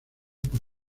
por